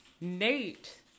Nate